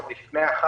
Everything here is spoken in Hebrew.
עוד לפני החג,